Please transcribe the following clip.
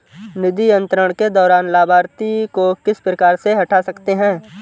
निधि अंतरण के दौरान लाभार्थी को किस प्रकार से हटा सकते हैं?